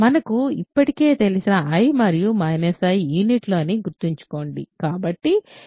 మనకు ఇప్పటికే తెలిసిన i మరియు మైనస్ i యూనిట్లు అని గుర్తుంచుకోండి